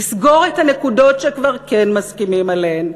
לסגור את הנקודות שכבר כן מסכימים עליהן,